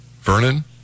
Vernon